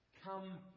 Come